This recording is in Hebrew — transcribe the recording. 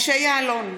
משה יעלון,